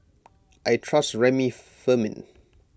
I trust Remifemin